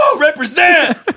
represent